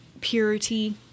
purity